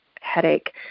headache